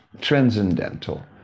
transcendental